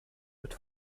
mit